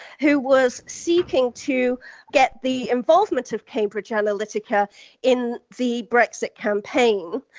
who was seeking to get the involvement of cambridge analytica in the brexit campaign,